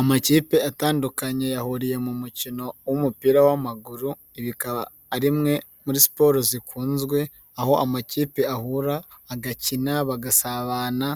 Amakipe atandukanye yahuriye mu mukino w'umupira w'amaguru, iyi ikaba ari imwe muri siporo zikunzwe, aho amakipe ahura agakina, bagasabana